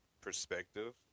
perspective